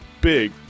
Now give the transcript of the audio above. big